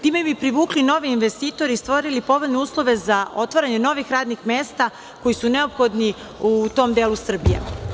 Time bi privukli nove investitore i stvorili povoljne uslove za otvaranje novih radnih mesta, koja su neophodna u tom delu Srbije.